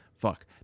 fuck